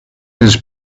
his